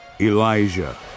Elijah